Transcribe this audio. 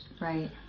Right